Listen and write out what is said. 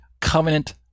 covenant